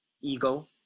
ego